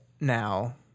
now